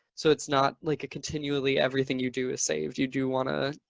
so it's not like continually everything you do is saved. you do want to